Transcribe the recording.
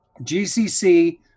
GCC